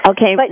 Okay